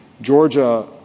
Georgia